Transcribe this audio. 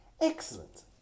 Excellent